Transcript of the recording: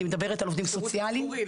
אני מדברת על עובדי סוציאליים בשירות הציבורי,